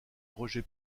roger